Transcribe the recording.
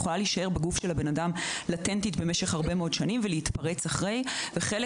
יכולה להישאר בגוף של האדם במשך הרבה מאוד שנים ולהתפרץ אחרי וחלק